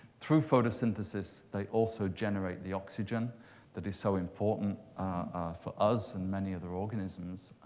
through photosynthesis, they also generate the oxygen that is so important for us and many other organisms.